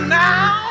now